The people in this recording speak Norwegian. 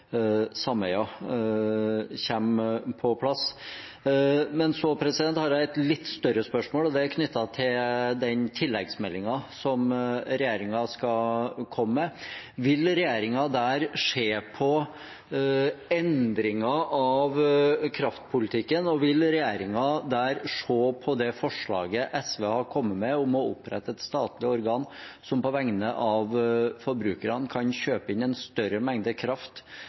på plass? Så har jeg et litt større spørsmål, og det er knyttet til den tilleggsmeldingen som regjeringen skal komme med. Vil regjeringen der se på endringer av kraftpolitikken, og vil regjeringen der se på det forslaget SV har kommet med, om å opprette et statlig organ som på vegne av forbrukerne kan kjøpe inn en større mengde kraft,